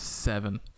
Seven